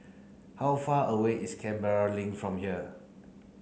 how far away is Canberra Link from here